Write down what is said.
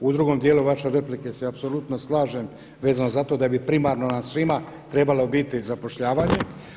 U drugom dijelu vaše replike se apsolutno slažem vezano za to da bi primarno nam svima trebalo biti zapošljavanje.